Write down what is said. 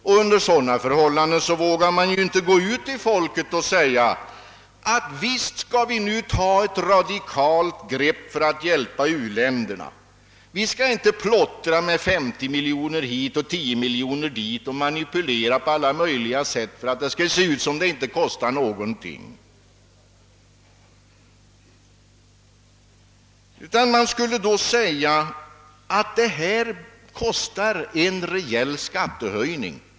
Oppositionen vågar alltså inte gå ut till folket och säga: Visst skall vi nu ta ett radikalt grepp för att hjälpa u-länderna. Vi skall inte plottra med 50 miljoner hit och 10 miljoner dit och manipulera på alla möjliga sätt för att det skall se ut som om det inte kostar någonting utan ta ett radikalt grepp, men detta kräver en rejäl skattehöjning.